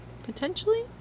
Potentially